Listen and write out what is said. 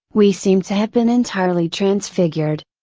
we seem to have been entirely transfigured.